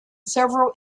several